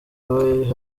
weah